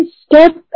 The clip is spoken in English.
step